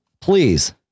please